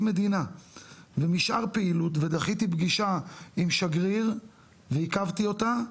מדינה ומשאר פעילות ודחיתי פגישה עם שגריר ועיכבתי אותה,